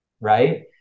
right